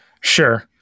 Sure